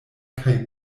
kaj